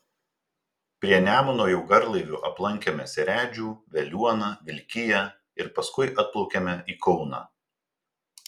prie nemuno jau garlaiviu aplankėme seredžių veliuoną vilkiją ir paskui atplaukėme į kauną